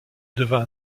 devint